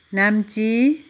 Namchi